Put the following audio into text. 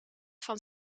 van